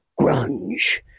grunge